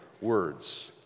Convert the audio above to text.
words